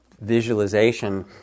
visualization